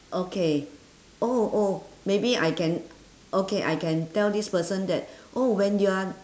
okay oh oh maybe I can okay I can tell this person that oh when you are